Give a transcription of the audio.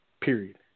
Period